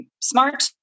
smart